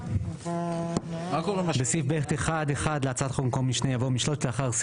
הצבעה בעד, 4 נגד, 8 נמנעים, אין לא אושר.